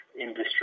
industry